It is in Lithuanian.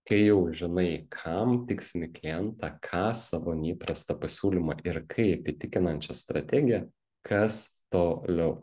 kai jau žinai kam tikslinį klientą ką savo neįprastą pasiūlymą ir kaip įtikinančią strategiją kas toliau